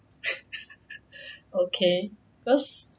okay because